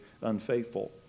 unfaithful